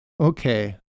okay